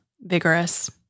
vigorous